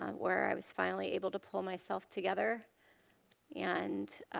um where i was finally able to pull myself together and